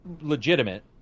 legitimate